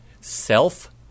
Self